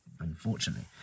unfortunately